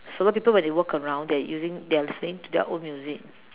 a lot of people when they walk around they are using they are listening to their own music